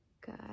good